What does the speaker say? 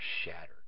shattered